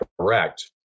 correct